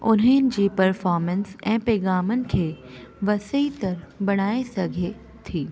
उन्हनि जी परफॉर्मेंस ऐं पैग़ामनि खे वसीत बणाए सघे थी